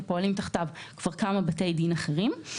ופועלים תחתיו כבר כמה בתי דין אחרים.